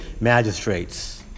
magistrates